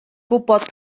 gwybod